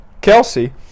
Kelsey